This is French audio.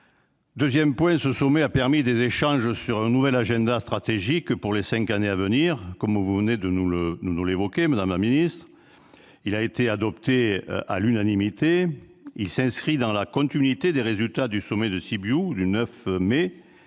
Deuxièmement, le sommet a permis des échanges sur un nouvel agenda stratégique pour les cinq années à venir. Comme vous venez de le rappeler, cet agenda a été adopté à l'unanimité. Il s'inscrit dans la continuité des résultats du sommet de Sibiu du 9 mai